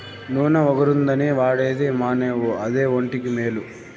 నూన ఒగరుగుందని వాడేది మానేవు అదే ఒంటికి మేలు